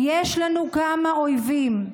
יש לנו כמה אויבים,